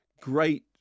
Great